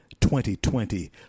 2020